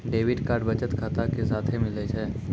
debit card बचत खाता के साथे मिलै छै